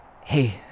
hey